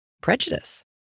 prejudice